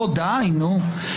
די נו.